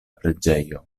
preĝejo